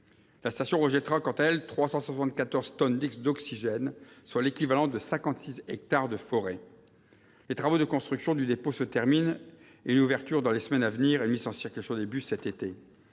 La station rejettera, quant à elle, 374 tonnes d'oxygène, soit l'équivalent de 56 hectares de forêt. Les travaux de construction du dépôt se terminent, pour une ouverture dans les semaines à venir et une mise en circulation des bus cet été.